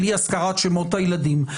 על אי הזכרת שמות הילדים.